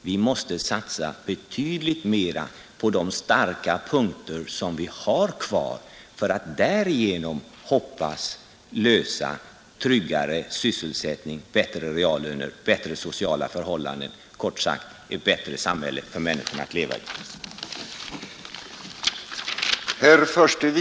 Vi måste satsa betydligt mer på de starka punkter som vi har kvar för att därigenom hoppas kunna åstadkomma tryggare sysselsättning, bättre reallöner, bättre sociala förhållanden — kort sagt: ett bättre samhälle för människorna att leva i.